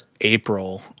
April